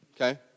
okay